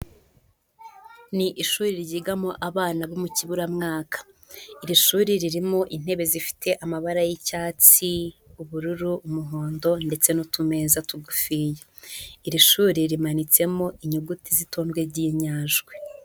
Ni ishuri ryigamo abana bo mu kiburamwaka, iri shuri ririmo intebe zifite amabara y'icyatsi, ubururu, umuhondo ndetse n'utumeza tugufiya iri shuri rimanitsemo inyuguti n'itonde ry'inyajwi.